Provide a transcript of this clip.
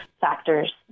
factors